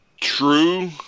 true